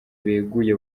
beguye